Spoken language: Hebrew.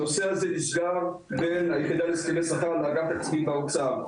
הנושא הזה נסגר בין היחידה להסכמי שכר לאגף התקציבים באוצר.